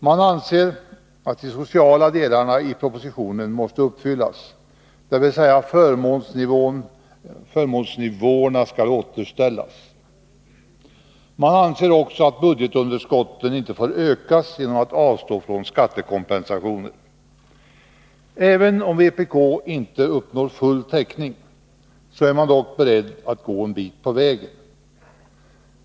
Man anser att de sociala delarna i propositionen måste uppfyllas, dvs. förmånsnivåerna skall återställas. Man anser också att budgetunderskotten inte får ökas genom att man avstår från skattekompensationer. Även om vpk inte uppnår full täckning, är man dock beredd att gå en bit på vägen.